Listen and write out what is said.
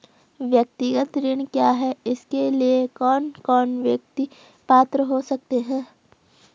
व्यक्तिगत ऋण क्या है इसके लिए कौन कौन व्यक्ति पात्र हो सकते हैं?